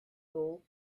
old